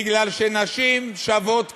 מפני שנשים שוות פחות.